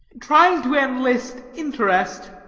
trying to enlist interest.